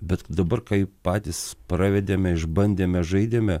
bet dabar kai patys pravedėme išbandėme žaidėme